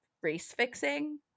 race-fixing